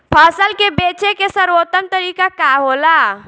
फसल के बेचे के सर्वोत्तम तरीका का होला?